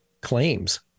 claims